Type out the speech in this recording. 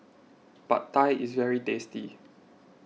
Pad Thai is very tasty